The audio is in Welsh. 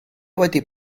wedi